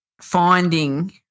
finding